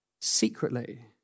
secretly